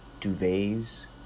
duvets